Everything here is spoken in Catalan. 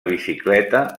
bicicleta